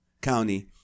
County